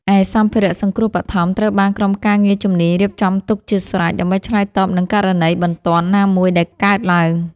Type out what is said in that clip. ឯសម្ភារៈសង្គ្រោះបឋមត្រូវបានក្រុមការងារជំនាញរៀបចំទុកជាស្រេច ដើម្បីឆ្លើយតបនឹងករណីបន្ទាន់ណាមួយដែលកើតឡើង។